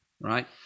right